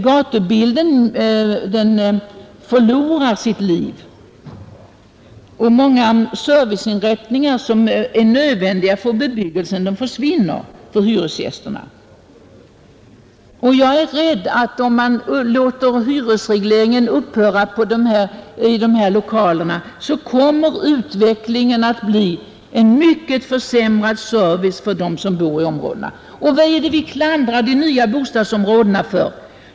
Gatubilden förlorar sitt liv, och många serviceinrättningar som är nödvändiga i den här bebyggelsen försvinner för hyresgästerna. Jag är rädd att om man låter hyresregleringen upphöra för dessa lokaler, så kommer utvecklingen att bli en mycket försämrad service för dem som bor i områdena. Och vad är det vi klandrar de nya bostadsområdena för?